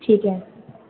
ठीक है